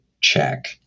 check